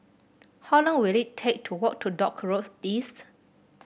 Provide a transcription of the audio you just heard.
how long will it take to walk to Dock Road East